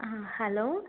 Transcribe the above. ആ ഹലോ